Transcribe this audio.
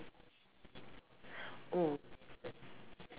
oh